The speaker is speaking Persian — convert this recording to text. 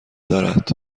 دارد